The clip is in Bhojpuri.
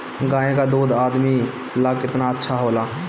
गाय का दूध आदमी ला कितना अच्छा होला?